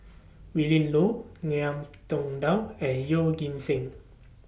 Willin Low Ngiam Tong Dow and Yeoh Ghim Seng